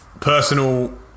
personal